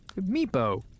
Meepo